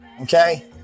okay